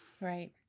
Right